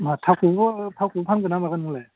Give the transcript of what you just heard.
मा थावखौल' फानगोन ना मागोन नोंलाय